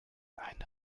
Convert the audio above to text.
eine